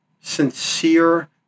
sincere